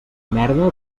merda